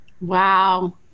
Wow